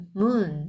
moon